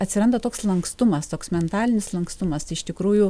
atsiranda toks lankstumas toks mentalinis lankstumas tai iš tikrųjų